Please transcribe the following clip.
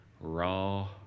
raw